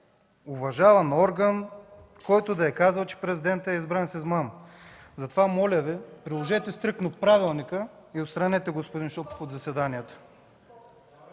уважаван орган, който да е казал, че президентът е избран с измама. Затова Ви моля, приложете стриктно правилника и отстранете господин Шопов от заседанието.